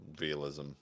realism